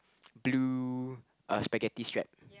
blue uh spaghetti strap